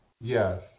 yes